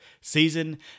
season